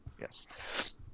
Yes